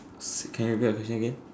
sorry can you repeat your question again